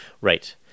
Right